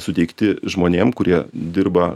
suteikti žmonėm kurie dirba